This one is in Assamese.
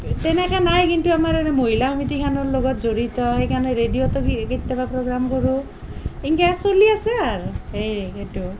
তেনেকৈ নাই কিন্তু আমাৰ আৰু মহিলা সমিতিখনৰ লগত জড়িত সেইকাৰণে ৰেডিঅ'তে কেতিয়াবা প্ৰগাম কৰোঁ এনেকৈ চলি আছে আৰু এই সেইটো